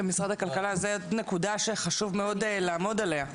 משרד הכלכלה, חשוב מאוד לעמוד על הנקודה הזו.